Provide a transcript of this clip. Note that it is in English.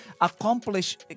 accomplish